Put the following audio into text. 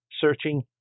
searching